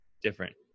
different